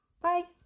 Bye